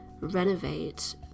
renovate